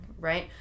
Right